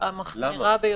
למה?